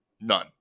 None